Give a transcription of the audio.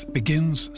begins